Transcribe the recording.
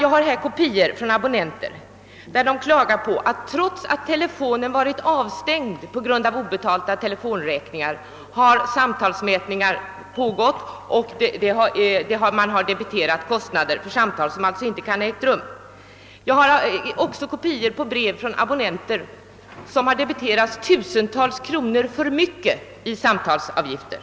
Jag har här kopior från abonnenter där det klagas över att samtalsmätning pågått trots avstängd telefon på grund av obetalda telefonräkningar. De har alltså debiterats för samtal som inte har ägt rum. Jag har också kopior av brev från abonnenter som har debiterats tusentals kronor för mycket i samtalsavgifter.